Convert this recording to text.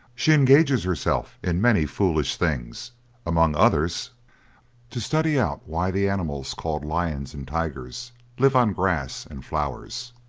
she engages herself in many foolish things among others to study out why the animals called lions and tigers live on grass and flowers,